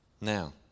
Now